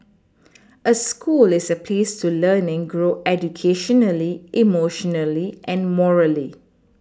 a school is a place to learn and grow educationally emotionally and morally